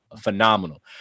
phenomenal